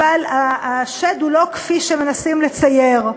אבל השד הוא לא כפי שמנסים לצייר.